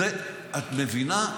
את מבינה?